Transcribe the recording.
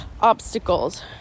obstacles